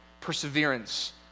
perseverance